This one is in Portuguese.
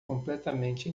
completamente